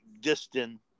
distant